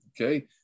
okay